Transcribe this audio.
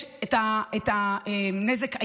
יש את הנזק הישיר,